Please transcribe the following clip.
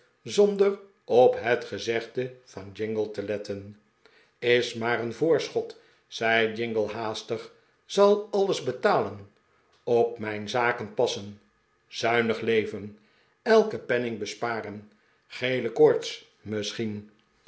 zonder op het gezegde van jingle te letten is maar een voorschot zei jingle haastig zal alles betalen op mijn zaken passen zuinig leven elken penning besparen gele koorts misschien